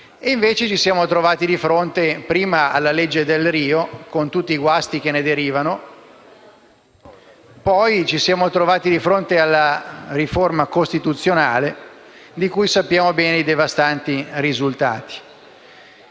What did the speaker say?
invece trovati di fronte prima alla legge Delrio, con tutti i guasti che ne derivano, e poi di fronte alla riforma costituzionale, di cui conosciamo bene i devastanti risultati.